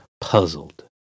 puzzled